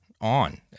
on